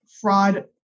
fraud